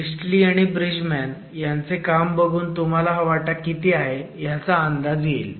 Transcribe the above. Priestley आणि Bridgeman यांचे काम बघून तुम्हाला हा वाटा किती आहे ह्याचा अंदाज येईल